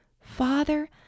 Father